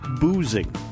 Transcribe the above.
boozing